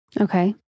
Okay